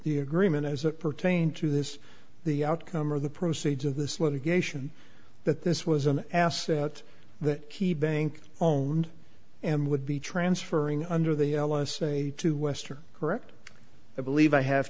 the agreement as it pertained to this the outcome of the proceeds of this litigation that this was an asset that key bank own and would be transferring under the l s a to western correct i believe i have